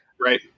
right